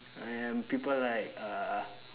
and people like uh